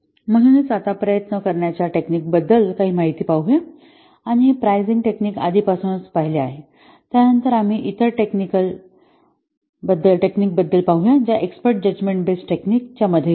म्हणून आता प्रयत्न करण्याच्या टेक्निक बद्दल काही माहिती पाहूया आपण हे प्राइसिंग टेक्निक आधीपासूनच पाहिले आहे त्यानंतर आम्ही इतर टेक्निकबद्दल पाहू ज्या एक्स्पर्ट जजमेंट बेस्ड टेक्निक च्या मध्ये येतात